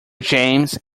james